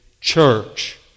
church